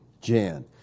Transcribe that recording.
Jan